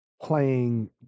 playing